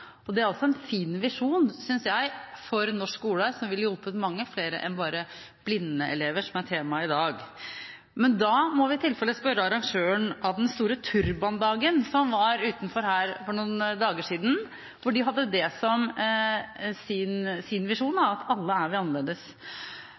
Det synes jeg også er en fin visjon for norsk skole, som ville hjulpet mange flere enn bare blinde elever, som er temaet i dag. Men da må vi i tilfelle spørre arrangøren av den store turbandagen, som var utenfor her for noen dager siden, for de hadde det som sin visjon,